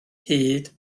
hyd